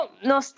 no